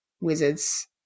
wizards